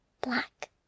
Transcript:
Black